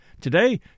Today